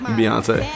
Beyonce